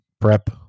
prep